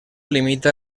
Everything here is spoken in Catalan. limita